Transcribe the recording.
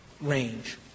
range